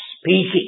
speaking